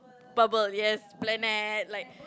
bubble yes planet like